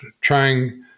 trying